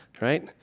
right